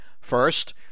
First